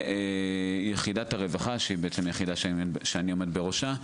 ויחידת הרווחה, שבעצם זו יחידה שאני עומד בראשה,